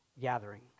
gathering